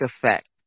effect